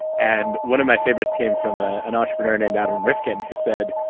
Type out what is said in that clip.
and one of my favorites came from ah an entrepreneur named adam rifkin who said,